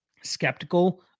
skeptical